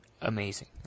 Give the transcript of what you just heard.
amazing